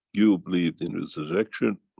you believed in resurrection,